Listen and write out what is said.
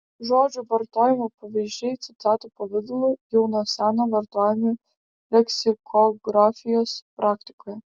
žodžių vartojimo pavyzdžiai citatų pavidalu jau nuo seno vartojami leksikografijos praktikoje